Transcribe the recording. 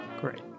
Great